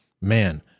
man